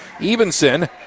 Evenson